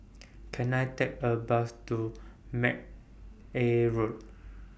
Can I Take A Bus to Mcnair Road